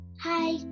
Hi